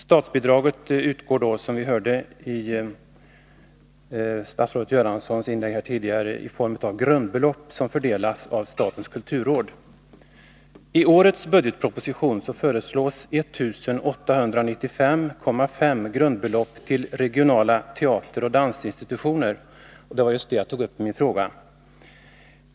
Statsbidrag utgår, som vi hörde av statsrådet Göranssons anförande, i form av grundbelopp som fördelas av statens kulturråd. I årets budgetproposition föreslås 1895,5 grundbelopp till regionala teateroch dansinstitutioner, och det var just detta som jag tog upp i min fråga.